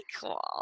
cool